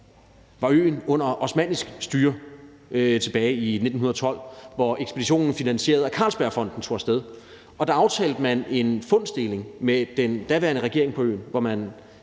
var øen under osmannisk styre tilbage i 1912, hvor ekspeditionen finansieret af Carlsbergfondet tog af sted, og der aftalte man deling af fund med den daværende regering på øen, hvor man